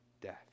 death